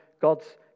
God's